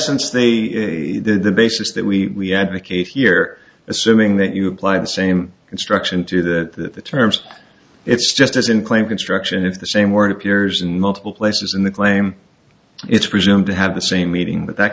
essence they did the basis that we advocate here assuming that you apply the same instruction to that the terms it's just as in claim construction it's the same word appears in multiple places in the claim it's presumed to have the same meeting but that